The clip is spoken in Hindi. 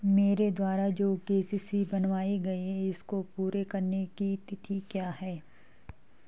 मेरे द्वारा जो के.सी.सी बनवायी गयी है इसको पूरी करने की तिथि क्या है?